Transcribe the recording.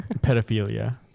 Pedophilia